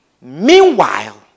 Meanwhile